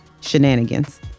shenanigans